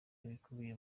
ibikubiye